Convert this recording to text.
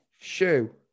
Shoe